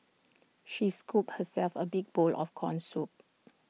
she scooped herself A big bowl of Corn Soup